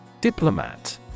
Diplomat